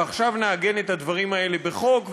ועכשיו נעגן את הדברים האלה בחוק,